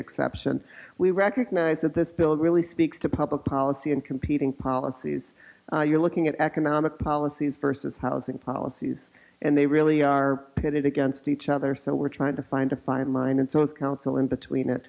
exceptions we recognize that this bill really speaks to public policy and competing policies you're looking at economic policies versus housing policies and they really are pitted against each other so we're trying to find a fine line and so is counsel in between it